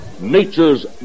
nature's